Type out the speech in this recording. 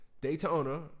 Daytona